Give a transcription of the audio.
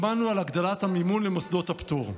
שמענו על הגדלת המימון למוסדות הפטור,